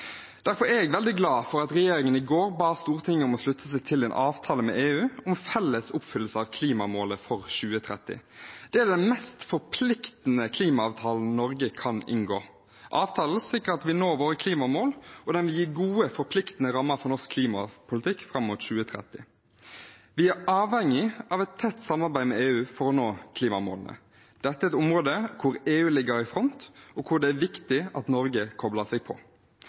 Derfor er jeg veldig glad for at regjeringen i går ba Stortinget om å slutte seg til en avtale med EU om felles oppfyllelse av klimamålet for 2030. Det er den mest forpliktende klimaavtalen Norge kan inngå. Avtalen sikrer at vi når våre klimamål, og den vil gi gode, forpliktende rammer for norsk klimapolitikk fram mot 2030. Vi er avhengig av et tett samarbeid med EU for å nå klimamålene. Dette er et område hvor EU ligger i front, og hvor det er viktig at Norge kobler seg på.